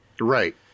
Right